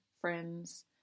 friends